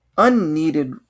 Unneeded